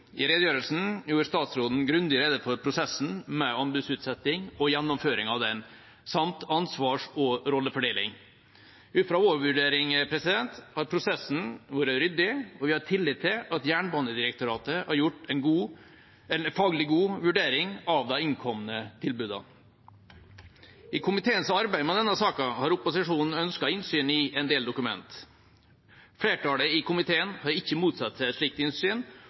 I redegjørelsen gjorde statsråden grundig rede for prosessen med anbudsutsetting og gjennomføringen av den samt ansvars- og rollefordeling. Ut fra vår vurdering har prosessen vært ryddig, og vi har tillit til at Jernbanedirektoratet har gjort en faglig god vurdering av de innkomne tilbudene. I komiteens arbeid med denne saken har opposisjonen ønsket innsyn i en del dokumenter. Flertallet i komiteen har ikke motsatt seg et slikt